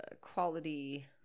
quality